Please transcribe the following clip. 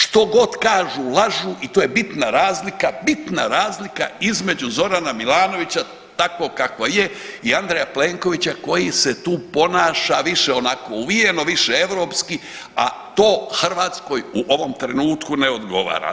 Što god kažu lažu i to je bitna razlika, bitna razlika između Zorana Milanovića takvog kakva je i Andreja Plenkovića koji se tu ponaša više onako uvijeno, više europski, a to Hrvatskoj u ovom trenutku ne odgovara.